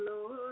Lord